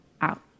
out